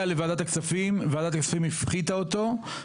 לוועדת הכספים וועדת הכספים הפחיתה אותו,